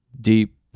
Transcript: deep